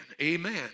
Amen